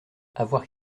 avoir